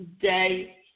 day